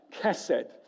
kesed